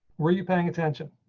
where are you paying attention.